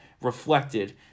reflected